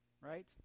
right